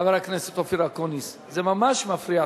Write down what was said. חבר הכנסת אופיר אקוניס, זה ממש מפריע.